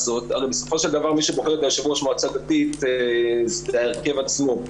הרי בסופו של דבר מי שבוחר את יושב ראש מועצה דתית זה ההרכב עצמו.